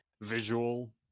visual